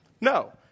No